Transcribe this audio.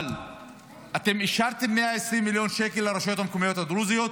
אבל אישרתם 120 מיליון שקל לרשויות המקומיות הדרוזיות,